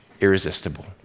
irresistible